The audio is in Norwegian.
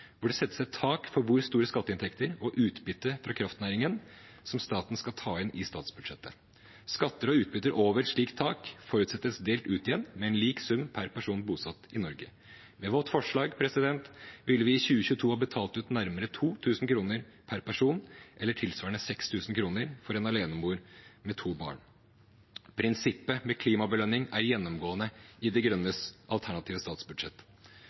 hvor det settes et tak på hvor store skatteinntekter og utbytte fra kraftnæringen som staten skal ta inn i statsbudsjettet. Skatter og utbytter over et slikt tak forutsettes delt ut igjen med en lik sum per person bosatt i Norge. Med vårt forslag ville vi i 2022 ha betalt ut nærmere 2 000 kr per person, eller tilsvarende 6 000 kr for en alenemor med to barn. Prinsippet med klimabelønning er gjennomgående i Miljøpartiet De Grønnes alternative statsbudsjett.